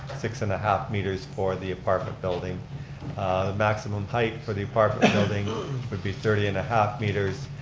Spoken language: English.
six and a half meters for the apartment building. the maximum height for the apartment building would be thirty and a half meters,